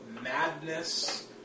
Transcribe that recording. madness